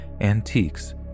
antiques